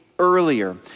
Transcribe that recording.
Earlier